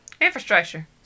Infrastructure